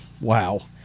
wow